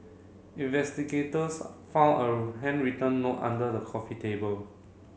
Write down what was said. investigators found a handwritten note under the coffee table